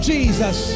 Jesus